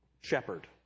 shepherd